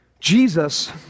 Jesus